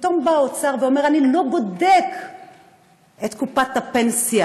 פתאום בא האוצר ואומר: אני לא בודק את קופת הפנסיה